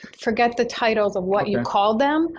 forget the titles of what you call them,